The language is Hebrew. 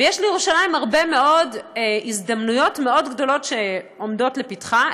יש לירושלים הרבה מאוד הזדמנויות גדולות שעומדות לפתחה.